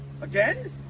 Again